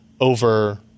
over